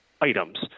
items